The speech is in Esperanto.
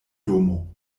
domo